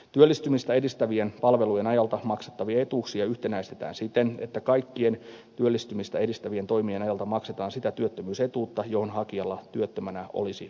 työllistymistä edistävien palvelujen ajalta maksettavia etuuksia yhtenäistetään siten että kaikkien työllistymistä edistävien toimien ajalta maksetaan sitä työttömyysetuutta johon hakijalla työttömänä olisi oikeus